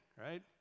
right